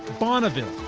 bonneville,